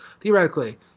theoretically